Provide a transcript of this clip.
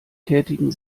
tätigen